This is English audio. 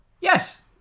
yes